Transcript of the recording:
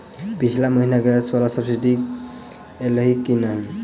पिछला महीना गैस वला सब्सिडी ऐलई की नहि?